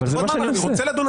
אבל כל פעם אני רוצה לדון,